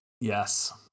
Yes